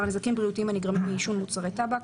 הנזקים הבריאותיים הנגרמים מעישון מוצרי טבק,